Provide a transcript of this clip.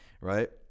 right